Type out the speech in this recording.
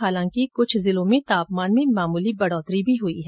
हालांकि कुछ जिलों में तापमान में मामूली बढ़ोतरी हुई है